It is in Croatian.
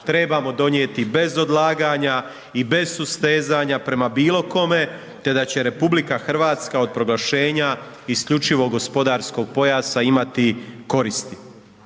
trebamo donijeti bez odlaganja i bez sustezanja prema bilo kome, te da će RH od proglašenja isključivog gospodarskog pojasa imati koristi.